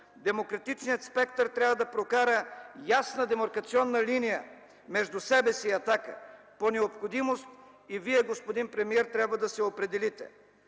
Демократичният спектър трябва да прокара ясна демаркационна линия между себе си и „Атака”! По необходимост и Вие, господин премиер, трябва да се определите!